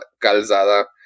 Calzada